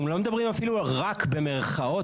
אנחנו לא מדברים אפילו "רק" במירכאות